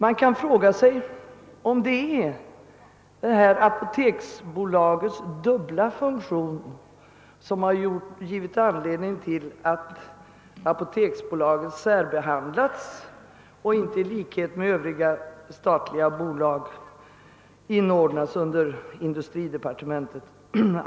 Man kan fråga sig, om det är apoteksbolagets dubbla funktion som har givit anledning till att apoteksbolaget har särbehandlats och inte i likhet med Övriga statliga bolag inordnats under industridepartementet.